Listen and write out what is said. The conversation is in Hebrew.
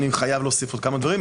אני חייב להוסיף עוד כמה דברים.